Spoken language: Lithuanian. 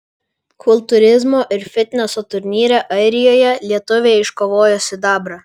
kultūrizmo ir fitneso turnyre airijoje lietuvė iškovojo sidabrą